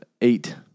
Eight